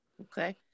Okay